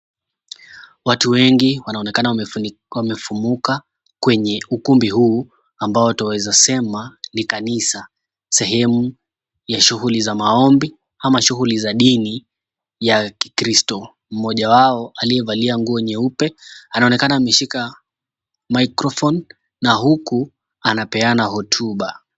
Watu wengi wanaonekana wakiwa wamefumuka kwenye ukumbi huu mbao twaezasema ni kanisa, sehemu ya shughuli za maombi ama shughuli za dini ya kikristo, mmoja wao alievalia nguo nyeupe anaonekana ameshika microphone na huku anapeana hotuba.